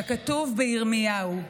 ככתוב בירמיהו: